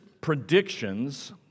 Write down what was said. predictions